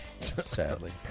sadly